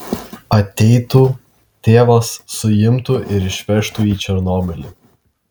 ateitų tėvas suimtų ir išvežtų į černobylį